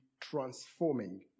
transforming